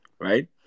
right